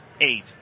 eight